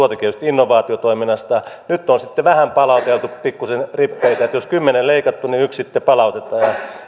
tuotekehityksestä ja innovaatiotoiminnasta nyt on sitten vähän palauteltu pikkusen rippeitä että jos kymmenen on leikattu niin yksi sitten palautetaan